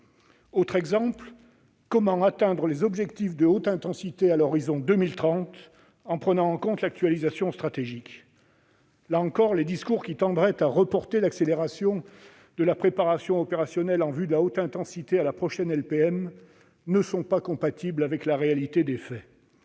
conditions, comment atteindre les objectifs de haute intensité à l'horizon de 2030 en prenant en compte l'actualisation stratégique ? Là encore, les discours qui tendraient à reporter à la prochaine LPM l'accélération de la préparation opérationnelle en vue de la haute intensité ne sont pas compatibles avec la réalité des faits.